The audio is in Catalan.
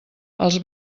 els